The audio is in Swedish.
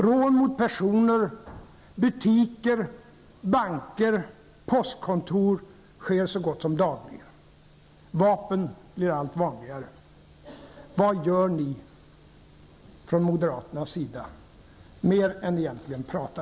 Rån mot personer, butiker, banker och postkontor sker så gott som dagligen. Vapen blir allt vanligare. Vad gör ni från moderaternas sida egentligen mer än att prata?